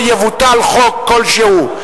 או יבוטל חוק כלשהו,